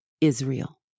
Israel